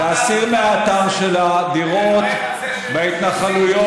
להסיר מהאתר שלה דירות בהתנחלויות,